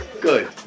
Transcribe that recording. Good